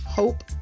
hope